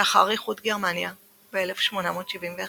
לאחר איחוד גרמניה ב-1871